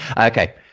okay